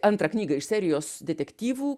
antrą knygą iš serijos detektyvų